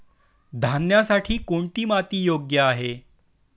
धान्यासाठी कोणती माती योग्य आहे?